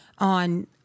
on